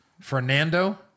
Fernando